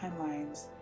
timelines